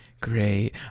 great